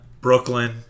Brooklyn